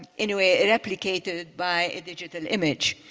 any way replicated by a digital image.